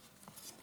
עלינו